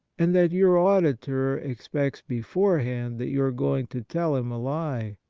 and that your auditor expects beforehand that you are going to tell him a lie,